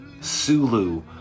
Sulu